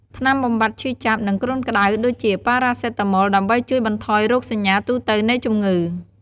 ថ្នាំបំបាត់ឈឺចាប់ និងគ្រុនក្តៅ ដូចជា ប៉ារ៉ាសេតាម៉ុល ដើម្បីជួយបន្ថយរោគសញ្ញាទូទៅនៃជំងឺ។